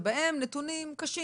ובהם נתונים קשים,